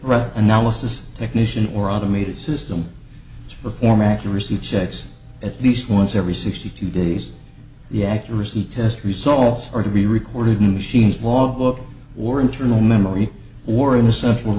rather analysis technician or automated system perform accuracy checks at least once every sixty two days the accuracy test results are to be recorded in machines logbook or internal memory or in the central